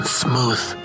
smooth